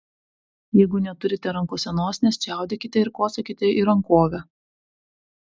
jeigu neturite rankose nosinės čiaudėkite ir kosėkite į rankovę